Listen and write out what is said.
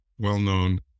well-known